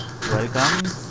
Welcome